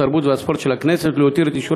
התרבות והספורט של הכנסת ולהותיר את אישור